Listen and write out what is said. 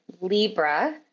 Libra